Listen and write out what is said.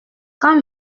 quand